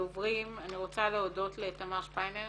לדוברים אני רוצה להודות לתמר שפיינר